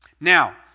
Now